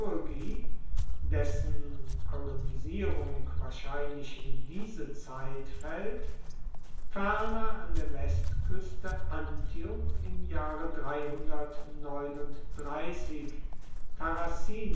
dessen kolonisierung wahrscheinlich in diese zeit faellt ferner an der westkueste antium im jahre